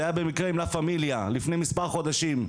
זה היה במקרה עם לה פמיליה לפני מספר חודשים,